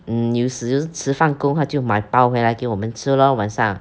mm 有时迟放工他就买包回来给我们吃 lor 晚上